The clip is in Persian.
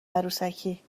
عروسکی